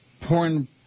porn